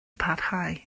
parhau